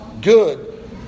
good